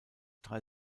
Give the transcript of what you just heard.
drei